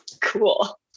cool